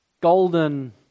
golden